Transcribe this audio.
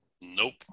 Nope